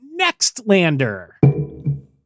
NextLander